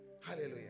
Hallelujah